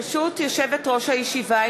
ברשות יושבת-ראש הישיבה,